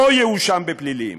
לא יואשם בפלילים,